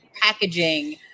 packaging